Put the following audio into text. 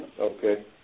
Okay